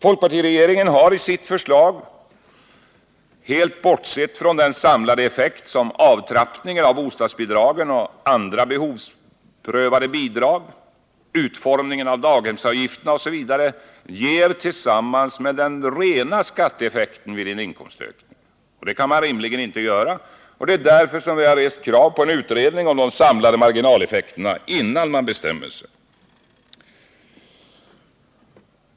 Folkpartiregeringen har i sitt förslag helt bortsett från den samlade effekt som avtrappningen av bostadsbidragen och andra behovsprövade bidrag, utformningen av daghemsavgifterna osv. ger tillsammans med den rena skatteeffekten vid en inkomstökning. Det kan man rimligen inte göra. Det är därför som vi har rest krav på en utredning om de samlade marginaleffekterna, innan man bestämmer sig.